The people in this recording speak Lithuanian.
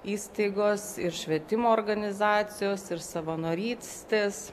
įstaigos ir švietimo organizacijos ir savanorytstės